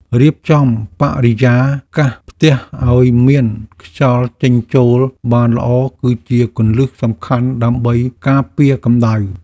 រៀបចំបរិយាកាសផ្ទះឱ្យមានខ្យល់ចេញចូលបានល្អគឺជាគន្លឹះសំខាន់ដើម្បីការពារកម្តៅ។